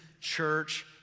church